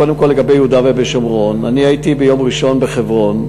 קודם כול לגבי יהודה ושומרון: הייתי ביום ראשון בחברון,